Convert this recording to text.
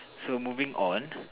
so moving on